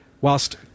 whilst